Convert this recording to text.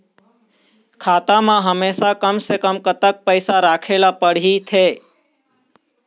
खाता मा हमेशा कम से कम कतक पैसा राखेला पड़ही थे?